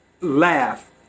laugh